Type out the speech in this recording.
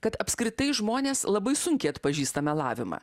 kad apskritai žmonės labai sunkiai atpažįsta melavimą